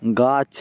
গাছ